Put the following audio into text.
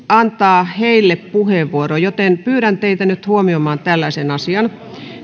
antaa myöskin hänelle puheenvuoro joten pyydän teitä nyt huomioimaan tällaisen asian